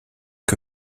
que